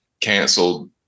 canceled